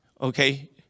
Okay